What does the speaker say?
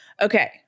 Okay